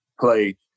play